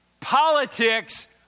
politics